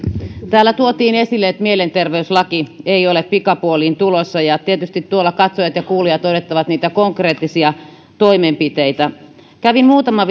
täällä tuotiin esille että mielenterveyslaki ei ole pikapuoliin tulossa ja tietysti tuolla katsojat ja kuulijat odottavat niitä konkreettisia toimenpiteitä kävin muutama